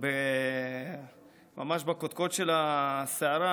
ממש בקודקוד של הסערה.